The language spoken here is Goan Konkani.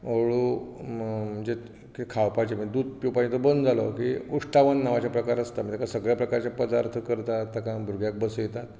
हळू जे खावपाचें म्हणजे दूध पिवपाचें तो बंद जालो की उश्टावण नांवाचो प्रकार आसता तेका सगळे प्रकारचे पदार्थ करतात ताका भुरग्याक बसयतात